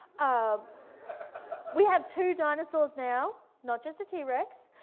um we have two dinosaurs now. not just a t-rex.